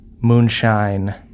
Moonshine